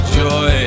joy